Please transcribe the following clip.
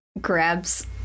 grabs